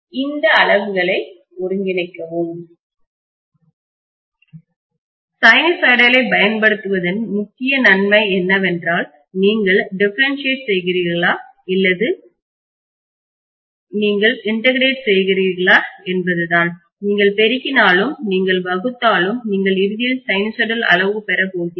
இந்த அளவுகளை ஒருங்கிணைக்கவும் சைனூசாய்டலைப் பயன்படுத்துவதன் முக்கிய நன்மை என்னவென்றால் நீங்கள் டிஃபரண்ட்ஷீயேட் செய்கிறீர்களா இல்லையா என்பதுதான் நீங்கள் இன்டகிரேட் செய்கிறீர்களா நீங்கள் பெருக்கினாலும் நீங்கள் வகுத்தாலும் நீங்கள் இறுதியில் சைனூசாய்டல் அளவு பெறப் போகிறீர்கள்